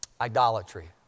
Idolatry